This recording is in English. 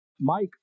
Mike